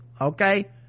Okay